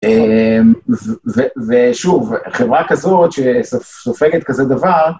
ושוב, חברה כזאת שסופגת כזה דבר...